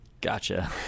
gotcha